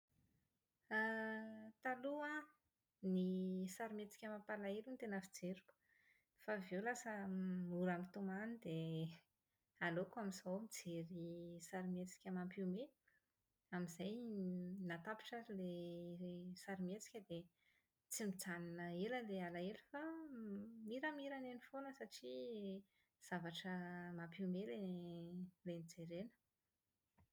Taloha ny sarimihetsika mampalahelo no tena fijeriko. Fa avy eo lasa mora mitomany dia aleoko amin'izao mijery sarimihetsika mampihomehy, amin'izay na tapitra ary ilay sarimihetsika dia tsy mijanona ela ilay alahelo fa miramirana eny foana satria zavatra mampihomehy ilay nojerena.